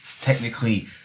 technically